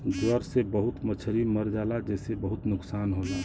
ज्वर से बहुत मछरी मर जाला जेसे बहुत नुकसान होला